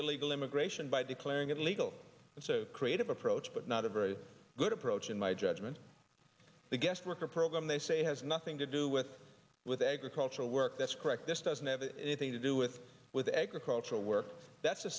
illegal immigration by declaring it illegal and so creative approach but not a very good approach in my judgment the guest worker program they say has nothing to do with with agricultural work that's correct this doesn't have anything to do with with agricultural work that's a